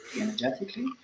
energetically